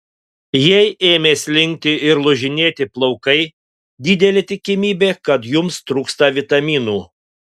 jei ėmė slinkti ir lūžinėti plaukai didelė tikimybė kad jums trūksta vitaminų